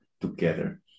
together